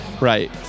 Right